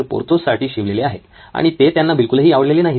पोर्थोससाठी शिवलेले आहेत आणि ते त्यांना बिलकुलही आवडलेले नाहीत